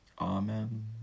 Amen